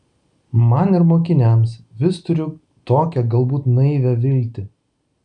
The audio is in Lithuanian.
man ir mokiniams vis turiu tokią galbūt naivią viltį